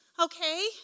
okay